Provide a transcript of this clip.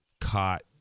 caught